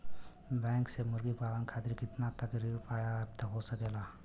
Bank से मुर्गी पालन खातिर कितना तक ऋण प्राप्त हो सकेला?